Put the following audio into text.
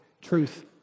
truth